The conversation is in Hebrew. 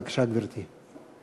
בבקשה, גברתי.